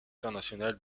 internationales